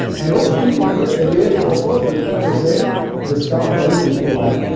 and hopefully we will avail of a fifty percent discount on the eatigo app.